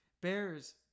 bears